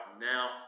now